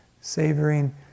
savoring